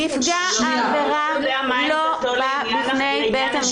נפגע העבירה לא בא בפני בית משפט.